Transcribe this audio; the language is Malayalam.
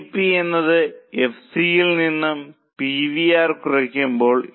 ബി ഇ പി എന്നത് എഫ് സി യിൽ നിന്നും പി വി ആർ കുറയ്ക്കുന്നതാണ്